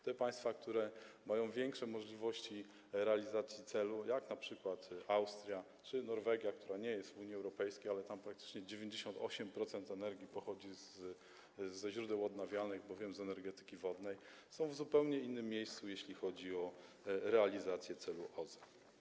Te państwa, które mają większe możliwości realizacji celu, jak np. Austria czy Norwegia, która nie jest w Unii Europejskiej, ale tam praktycznie 98% energii pochodzi ze źródeł odnawialnych, z energetyki wodnej, są w zupełnie innym miejscu, jeśli chodzi o realizację celu OZE.